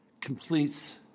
completes